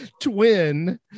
twin